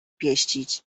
pieścić